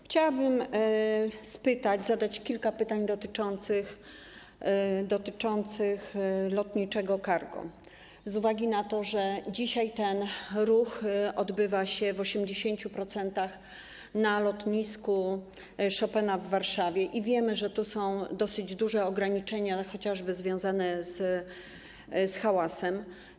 Chciałabym zadać kilka pytań dotyczących lotniczego cargo z uwagi na to, że dzisiaj ten ruch odbywa się w 80% na lotnisku Chopina w Warszawie, i wiemy, że tu są dosyć duże ograniczenia, chociażby związane z hałasem.